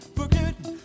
forgetting